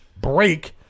Break